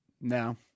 No